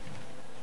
אפשר.